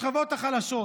השכבות החלשות,